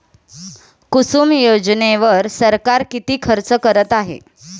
कुसुम योजनेवर सरकार किती खर्च करत आहे?